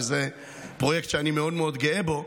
וזה פרויקט שאני מאוד מאוד גאה בו,